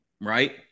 Right